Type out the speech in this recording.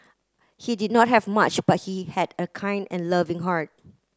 he did not have much but he had a kind and loving heart